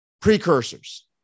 precursors